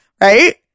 right